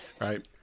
right